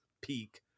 peak